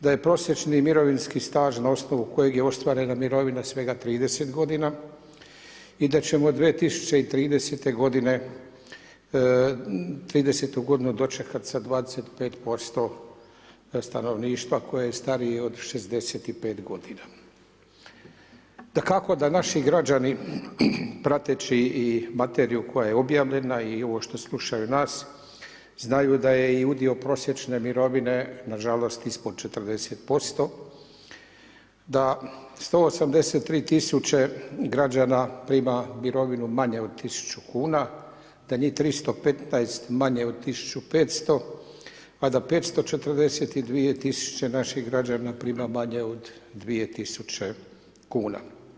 Da je prosjeći mirovinski staž, na osnovnu kojeg je ostvarena mirovina svega 30 g. i da ćemo 2030. g. '30. g dočekati sa 25% stanovništva, koje je starije od 65 g. Dakako da naši građani, prateći i materiju koja je objavljena i ovo što slušaju nas, znaju da je udio prosječne mirovine, nažalost ispod 40%, da 183 tisuće građana prima mirovinu manju od 1000 kn, da njih 315 manje od 1500 a da 542 tisuće naših građana prima manje od 2000 kn.